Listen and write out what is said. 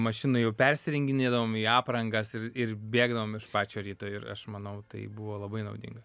mašinoj jau persirenginėdavom į aprangas ir ir bėgdavom iš pačio ryto ir aš manau tai buvo labai naudinga